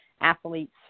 athlete's